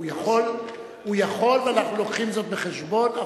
הוא יכול ואנחנו מביאים זאת בחשבון,